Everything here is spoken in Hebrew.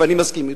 ואני מסכים אתו,